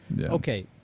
okay